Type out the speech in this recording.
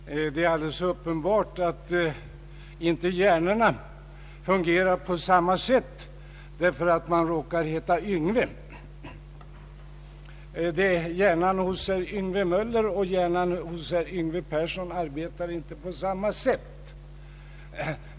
Herr talman! Det är alldeles uppenbart att hjärnorna inte fungerar på samma sätt därför att man råkar heta Yngve. Hjärnan hos herr Yngve Möller och hjärnan hos herr Yngve Persson arbetar inte på samma sätt.